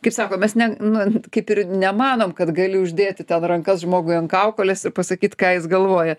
kaip sako mes ne nu kaip ir nemanom kad gali uždėti ten rankas žmogui ant kaukolės ir pasakyt ką jis galvoja